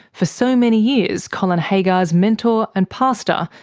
for so many years colin haggar's mentor and pastor,